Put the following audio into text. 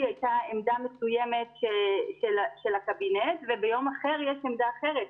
הייתה עמדה מסוימת של הקבינט וביום אחר יש עמדה אחרת.